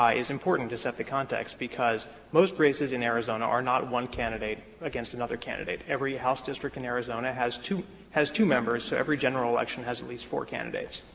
is important to set the context, because most races in arizona are not one candidate against another candidate. every house district in arizona has two has two members, so every general election has at least four candidates.